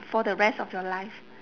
for the rest of your life